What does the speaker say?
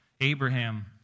Abraham